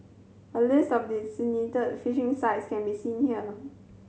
a list of designated fishing sites can be seen here